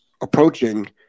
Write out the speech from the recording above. approaching